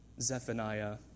Zephaniah